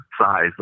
size